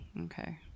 Okay